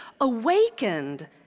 awakened